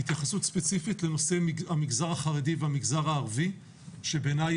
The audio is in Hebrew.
התייחסות ספציפית לנושא המגזר החרדי והמגזר הערבי שבעיניי